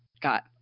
got